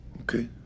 Okay